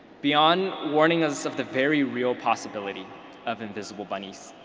beyond warning us of the very real possibility of invisible bunnies,